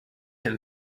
him